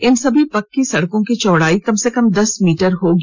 इन सभी पक्की सड़कों की चौड़ाई कम से कम दस मीटर होगी